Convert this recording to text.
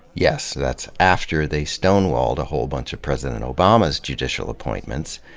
yes that's after they stonewalled a whole bunch of president obama's judicial appointments,